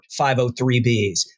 503Bs